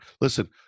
Listen